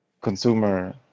consumer